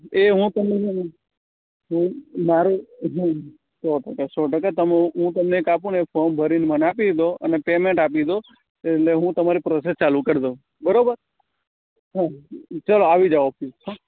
એ હું તમને હમ ના રે હમ સો ટકા સો ટકા તમને હું તમને આપણે એ ફોરમ ભરીને મને આપી દો અને પેમેન્ટ આપી દો એટલે હું તમારી પ્રોસેસ ચાલુ કરી દઉં બરોબર હં ચાલો આવી જાઓ ઓફીસ